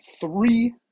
three